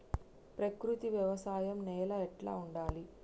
ప్రకృతి వ్యవసాయం నేల ఎట్లా ఉండాలి?